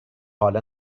حالا